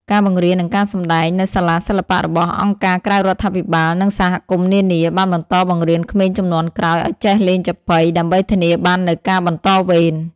ការបង្រៀន និងការសម្តែង នៅសាលាសិល្បៈរបស់អង្គការក្រៅរដ្ឋាភិបាល និងសហគមន៍នានា បានបន្តបង្រៀនក្មេងជំនាន់ក្រោយឱ្យចេះលេងចាប៉ី ដើម្បីធានាបាននូវការបន្តវេន។